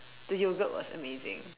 the yogurt was amazing